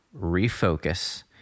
refocus